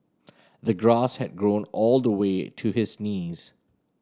the grass had grown all the way to his knees